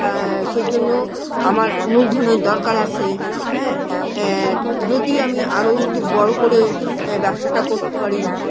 সেই জন্য আমার মূলধনের দরকার আছে হ্যাঁ যদি আমি আরও একটু বড়ো করে ব্যবসাটা করতে পারি